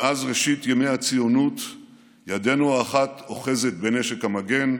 מאז ראשית ימי הציונות ידנו האחת אוחזת בנשק המגן,